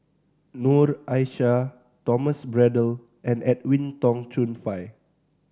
Noor Aishah Thomas Braddell and Edwin Tong Chun Fai